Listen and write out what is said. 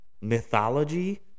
mythology